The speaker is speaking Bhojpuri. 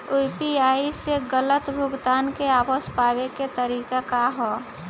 यू.पी.आई से गलत भुगतान के वापस पाये के तरीका का ह?